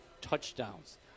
touchdowns